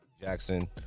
Jackson